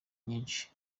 nyinshi